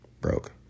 Broke